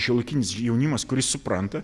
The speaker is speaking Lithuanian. šiuolaikinis jaunimas kuris supranta